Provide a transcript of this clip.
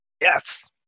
Yes